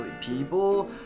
people